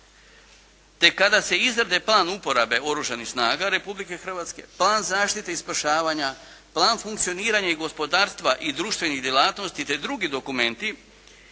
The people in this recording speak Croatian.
te kada se izradi plan uporabe Oružanih snaga Republike Hrvatske plan zaštite i spašavanja, plan funkcioniranja gospodarstva i društvenih djelatnosti te drugi dokumenti